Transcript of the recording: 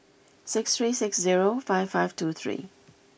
six three six zero five five two three